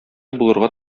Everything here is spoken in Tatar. булырга